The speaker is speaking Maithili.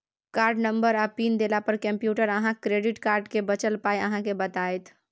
कार्डनंबर आ पिन देला पर कंप्यूटर अहाँक क्रेडिट कार्ड मे बचल पाइ अहाँ केँ बताएत